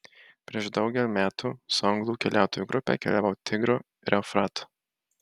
prieš daugel metų su anglų keliautojų grupe keliavau tigru ir eufratu